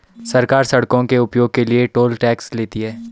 सरकार सड़कों के उपयोग के लिए टोल टैक्स लेती है